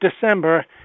December